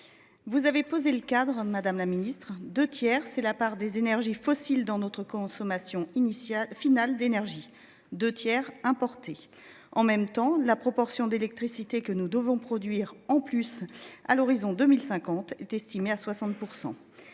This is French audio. Vous avez posé le cadre Madame la Ministre de tiers c'est la part des énergies fossiles dans notre consommation initiale finale d'énergie deux tiers importé en même temps, la proportion d'électricité que nous devons produire en plus à l'horizon 2050 est estimée à 60%.